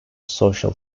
social